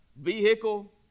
vehicle